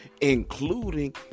including